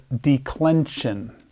declension